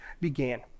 began